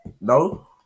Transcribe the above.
no